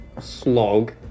slog